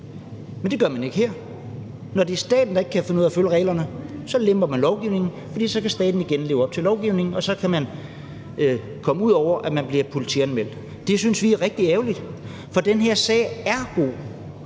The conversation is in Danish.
Men det gør man ikke her. Når det er staten, der ikke kan finde ud af at følge reglerne, så lemper man lovgivningen, for så kan staten igen leve op til lovgivningen, og så kan man komme uden om, at man bliver politianmeldt. Det synes vi er rigtig ærgerligt. For den her sag er god.